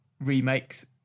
remakes